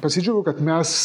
pasidžiaugiau kad mes